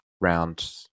round